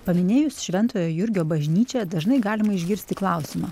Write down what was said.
paminėjus šventojo jurgio bažnyčią dažnai galima išgirsti klausimą